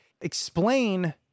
explain